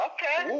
Okay